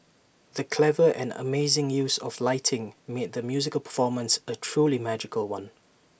the clever and amazing use of lighting made the musical performance A truly magical one